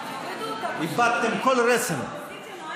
כי אין שם מספיק תקציב.